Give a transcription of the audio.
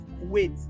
wait